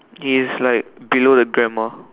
he is the like below the grandma